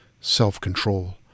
self-control